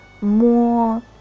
more